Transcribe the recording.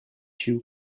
two